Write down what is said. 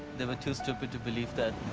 they were too stupid to believe that.